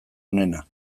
onena